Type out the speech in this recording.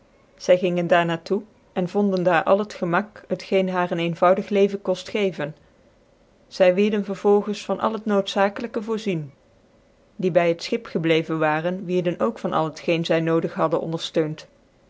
g cn aar na toc ca yonden daar al het gemak t geen haar een eenvoudig leven koft geven zy v icrdcn vervolgens van al het noodzakclykc voorzien die by het schip gebleven waren wierden ook van al het geen zy nodig hadden onderftcunt